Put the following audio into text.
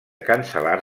cancel·lar